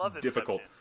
difficult